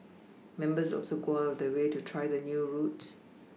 members also go out of their way to try the new routes